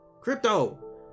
Crypto